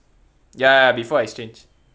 ya ya before exchange